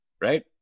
Right